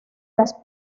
las